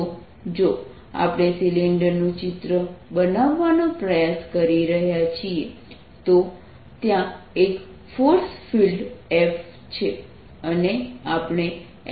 તો જો આપણે સિલિન્ડરનું ચિત્ર બનાવવાનો પ્રયાસ કરી રહ્યા છીએ તો ત્યાં એક ફોર્સ ફિલ્ડ F છે અને આપણે F